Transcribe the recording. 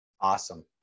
Awesome